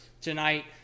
Tonight